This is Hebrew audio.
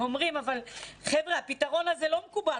הם אמרו שהפתרון הזה לא מקובל,